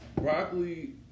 Broccoli